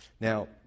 Now